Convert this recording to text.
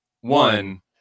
one